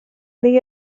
neu